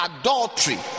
adultery